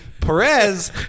Perez